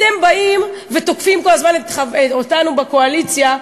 אתם באים ותוקפים כל הזמן אותנו בקואליציה,